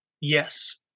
yes